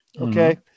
Okay